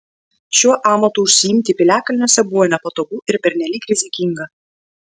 šiuo amatu užsiimti piliakalniuose buvo nepatogu ir pernelyg rizikinga